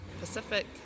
Pacific